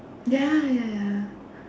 ya ya ya